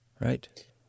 Right